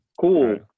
Cool